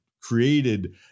created